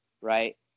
right